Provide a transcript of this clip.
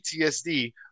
PTSD